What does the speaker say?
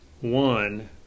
one